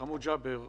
ג'אבר חמוד,